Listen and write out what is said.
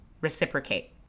reciprocate